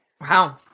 Wow